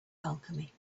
alchemy